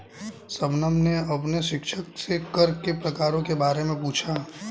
शबनम ने अपने शिक्षक से कर के प्रकारों के बारे में पूछा